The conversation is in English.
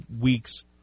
weeks